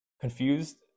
confused